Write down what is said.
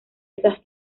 esas